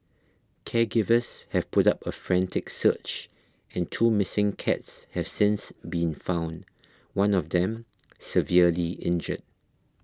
caregivers have put up a frantic search and two missing cats have since been found one of them severely injured